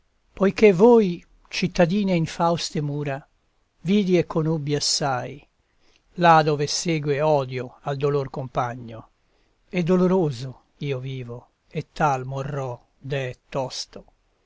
poiché voi cittadine infauste mura vidi e conobbi assai là dove segue odio al dolor compagno e doloroso io vivo e tal morrò deh tosto